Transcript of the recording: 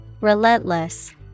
Relentless